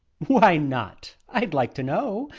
why not, i'd like to know?